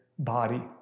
body